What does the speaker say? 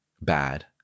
bad